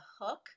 hook